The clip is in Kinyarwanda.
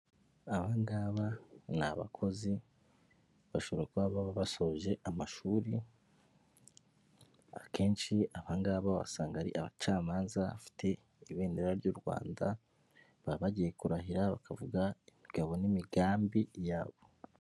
Aba ngabo ni abakozi bashobora kuba baba basoje amashuri akenshi aba ngaba wasanga ari abacamanza, bafite ibendera ry'u Rwanda baba bagiye kurahira bakavuga imigabo n'imigambi yabo.